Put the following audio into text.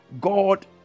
God